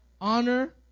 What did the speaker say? honor